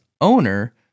owner